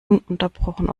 ununterbrochen